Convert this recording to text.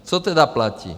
Co tedy platí?